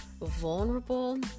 vulnerable